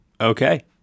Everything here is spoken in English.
okay